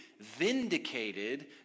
vindicated